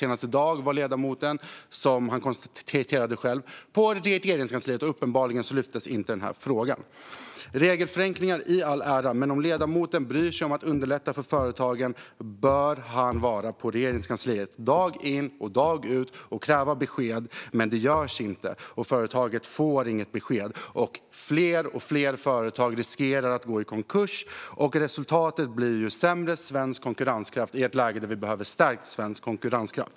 Senast i dag var ledamoten, som han själv konstaterade, på Regeringskansliet, och uppenbarligen lyftes inte den här frågan. Regelförenklingar i all ära, men om ledamoten bryr sig om att underlätta för företagen bör han vara på Regeringskansliet dag ut och dag in och kräva besked. Men det görs inte, och företagen får inga besked. Fler och fler företag riskerar att gå i konkurs. Resultatet blir sämre svensk konkurrenskraft i ett läge där vi behöver stärkt svensk konkurrenskraft.